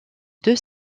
deux